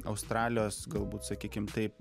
australijos galbūt sakykim taip